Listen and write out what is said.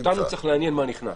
אותנו צריך לעניין מה שנכנס.